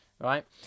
Right